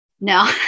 No